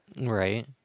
Right